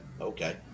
okay